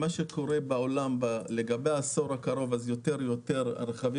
מה שקורה בעולם בעשור הקרוב הרכבים